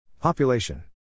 Population